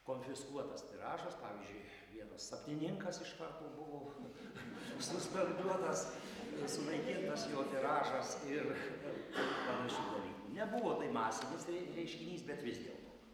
konfiskuotas tiražas pavyzdžiui vienas sapnininkas iš karto buvo suspenduotas sunaikintas jo tiražas ir panašių dalykų nebuvo tai masinis reiškinys bet vis dėlto